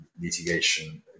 litigation